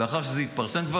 לאחר שזה כבר התפרסם,